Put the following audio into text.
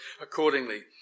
accordingly